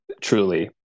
Truly